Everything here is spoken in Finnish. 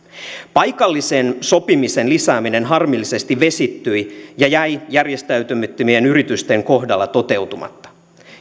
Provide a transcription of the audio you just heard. paikallisen sopimisen lisääminen harmillisesti vesittyi ja jäi järjestäytymättömien yritysten kohdalla toteutumatta